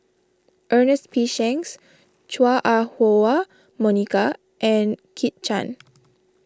Ernest P Shanks Chua Ah Huwa Monica and Kit Chan